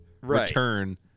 return